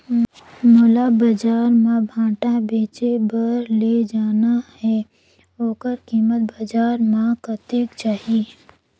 मोला बजार मां भांटा बेचे बार ले जाना हे ओकर कीमत बजार मां कतेक जाही?